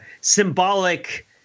symbolic